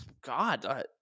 God